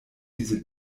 diese